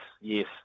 yes